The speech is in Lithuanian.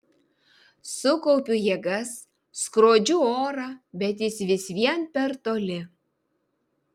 sukaupiu jėgas skrodžiu orą bet jis vis vien per toli